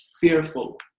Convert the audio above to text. fearful